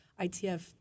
ITF